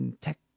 tech